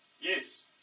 Yes